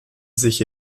sich